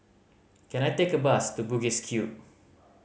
can I take a bus to Bugis Cube